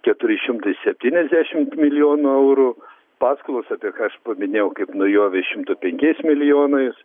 keturi šimtai septyniasdešimt milijonų eurų paskolos apie ką aš paminėjau kaip naujovę šimtą penkiais milijonais